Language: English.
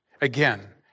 Again